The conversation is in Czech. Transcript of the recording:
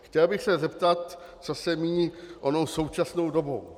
Chtěl bych se zeptat, co se míní onou současnou dobou.